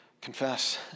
confess